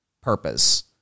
purpose